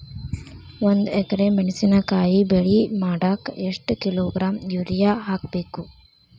ಒಂದ್ ಎಕರೆ ಮೆಣಸಿನಕಾಯಿ ಬೆಳಿ ಮಾಡಾಕ ಎಷ್ಟ ಕಿಲೋಗ್ರಾಂ ಯೂರಿಯಾ ಹಾಕ್ಬೇಕು?